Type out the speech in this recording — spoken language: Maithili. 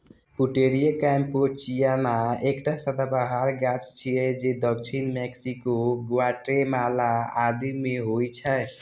पुटेरिया कैम्पेचियाना एकटा सदाबहार गाछ छियै जे दक्षिण मैक्सिको, ग्वाटेमाला आदि मे होइ छै